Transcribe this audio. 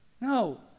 No